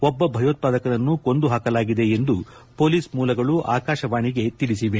ಒಬ್ಲ ಭಯೋತ್ವಾದಕನನ್ನು ಕೊಂದು ಹಾಕಲಾಗಿದೆ ಎಂದು ಹೊಲೀಸ್ ಮೂಲಗಳು ಆಕಾಶವಾಣಿಗೆ ಮಾಹಿತಿ ನೀಡಿವೆ